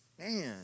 man